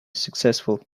successful